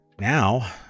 now